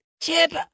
Chip